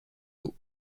d’eau